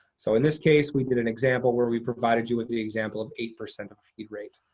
so in this case, we did an example where we provided you with the example of eight percent of feed rate.